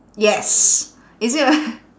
yes is it a